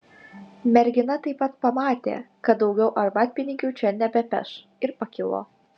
mergina taip pat pamatė kad daugiau arbatpinigių čia nebepeš ir pakilo